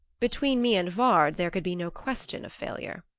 between me and vard there could be no question of failure.